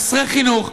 חסרי חינוך,